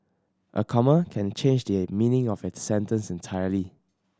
a comma can changed the meaning of a sentence entirely